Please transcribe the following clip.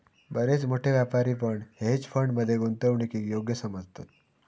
बरेच मोठे व्यापारी पण हेज फंड मध्ये गुंतवणूकीक योग्य समजतत